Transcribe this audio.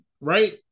right